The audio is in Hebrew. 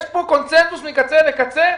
יש כאן קונצנזוס מקצה לקצה.